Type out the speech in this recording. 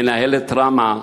מנהלת ראמ"ה,